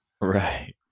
Right